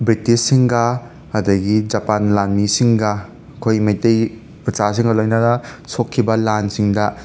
ꯕ꯭ꯔꯤꯇꯤꯁꯁꯤꯡꯒ ꯑꯗꯒꯤ ꯖꯄꯥꯟ ꯂꯥꯟꯃꯤꯁꯤꯡꯒ ꯑꯩꯈꯣꯏ ꯃꯩꯇꯩ ꯃꯆꯥꯁꯤꯡꯒ ꯂꯣꯏꯅꯔ ꯁꯣꯛꯈꯤꯕ ꯂꯥꯟꯁꯤꯡꯗ